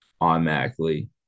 automatically